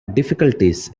difficulties